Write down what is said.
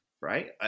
right